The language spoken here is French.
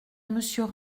monsieur